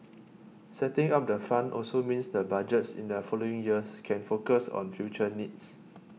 setting up the fund also means the Budgets in the following years can focus on future needs